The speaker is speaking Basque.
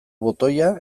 botoia